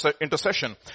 intercession